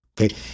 Okay